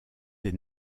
des